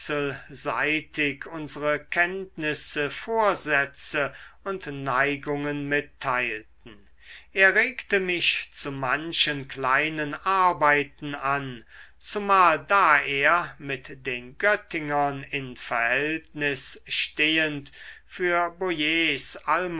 wechselseitig unsere kenntnisse vorsätze und neigungen mitteilten er regte mich zu manchen kleinen arbeiten an zumal da er mit den göttingern in verhältnis stehend für boies